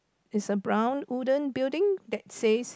there's a brown wooden building that says